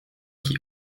qui